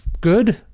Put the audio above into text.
good